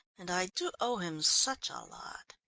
and i do owe him such a lot.